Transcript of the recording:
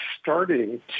starting